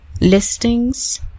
listings